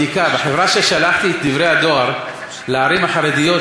את דברי הדואר לערים החרדיות,